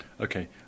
Okay